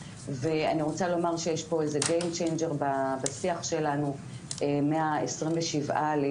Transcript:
ואני רוצה לומר שיש פה איזה game changer בשיח שלנו מה-27 לינואר,